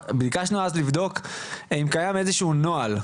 ביקשנו אז לבדוק אם קיים איזה שהוא נוהל.